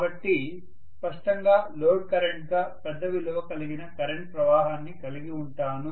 కాబట్టి స్పష్టంగా load current గా పెద్ద విలువ కలిగిన కరెంట్ ప్రవాహాన్ని కలిగి ఉంటాను